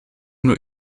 nur